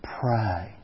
Pray